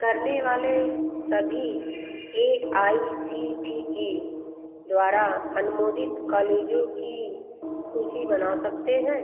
करने वाले सभी A I C T E द्वारा अनुमोदित कॉलेजों की सूची बना सकते हैं